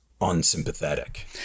unsympathetic